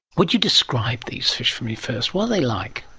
would you describe these fish for me first? what are they like?